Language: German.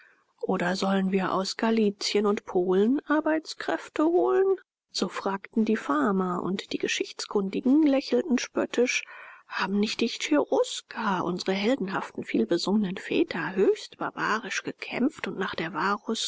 oder sollen wir aus galizien und polen arbeitskräfte holen so fragten die farmer und die geschichtskundigen lächelten spöttisch haben nicht die cherusker unsre heldenhaften vielbesungenen väter höchst barbarisch gekämpft und nach der